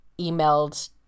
emailed